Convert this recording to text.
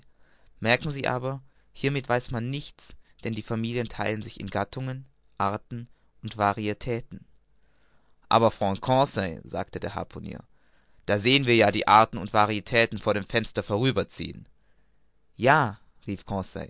merken sie aber hiermit weiß man nichts denn die familien theilen sich in gattungen arten varietäten aber freund conseil sagte der harpunier da sehen wir ja die arten und varietäten vor dem fenster vorüberziehen ja rief